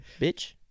bitch